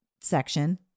section